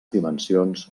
dimensions